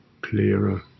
clearer